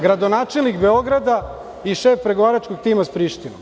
Gradonačelnik Beograda i šef pregovaračkog tima s Prištinom.